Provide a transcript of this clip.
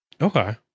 Okay